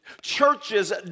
Churches